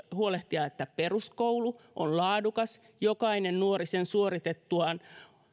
huolehtia että peruskoulu on laadukas jokainen nuori sen suoritettuaan